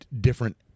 different